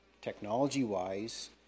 technology-wise